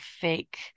fake